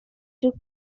took